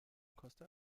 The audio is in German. costa